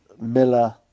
Miller